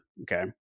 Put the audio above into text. okay